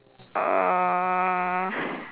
uh